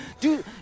dude